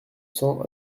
cents